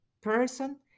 person